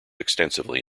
extensively